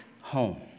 home